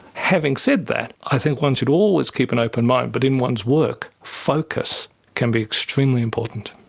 having said that, i think one should always keep an open mind, but in one's work focus can be extremely important.